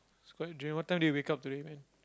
it's quite drain what time did you wake up today man